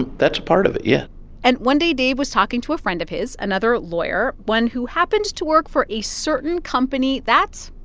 and that's a part of it, yeah and one day, dave was talking to a friend of his, another lawyer, one who happens to work for a certain company that,